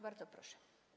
Bardzo proszę.